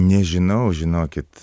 nežinau žinokit